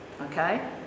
okay